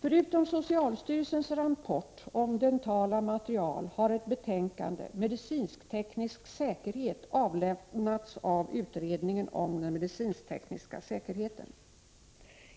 Förutom socialstyrelsens rapport om dentala material har ett betänkande Medicinteknisk säkerhet avlämnats av utredningen om den medicintekniska säkerheten.